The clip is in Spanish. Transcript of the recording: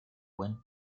buen